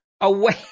Away